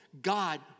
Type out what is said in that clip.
God